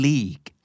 League